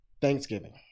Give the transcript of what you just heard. Thanksgiving